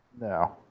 No